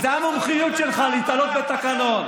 זה המומחיות שלך, להיתלות בתקנון.